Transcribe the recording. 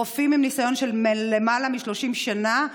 רופאים עם ניסיון של למעלה מ-30 שנה,